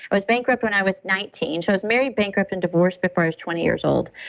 i was bankrupt when i was nineteen. so i was married, bankrupt and divorced before i was twenty years old.